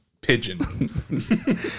Pigeon